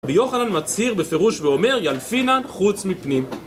רבי יוחנן מצהיר בפירוש ואומר, ילפינן חוץ מפנים.